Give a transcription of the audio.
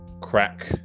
Crack